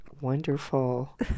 wonderful